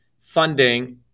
funding